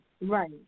Right